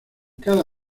cada